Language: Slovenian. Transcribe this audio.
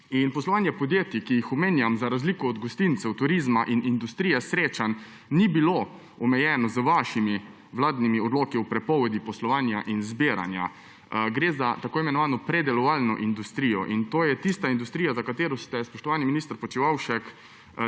Poslovanje podjetij, ki jih omenjam, za razliko od gostincev, turizma in industrije srečanj, ni bilo omejeno z vašimi vladnimi odloki o prepovedi poslovanja in zbiranja. Gre za tako imenovano predelovalno industrijo. In to je tista industrija, za katero ste, spoštovani minister Počivalšek,